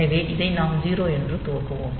எனவே இதை நாம் 0 என்று துவக்குவோம்